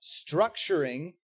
structuring